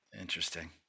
Interesting